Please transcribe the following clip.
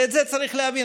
ואת זה צריך להבין.